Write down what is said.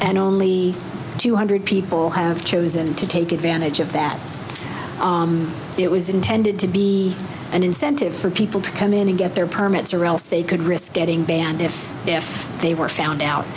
and only two hundred people have chosen to take advantage of that it was intended to be an incentive for people to come in and get their permits or else they could risk getting banned if if they were found out